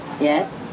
yes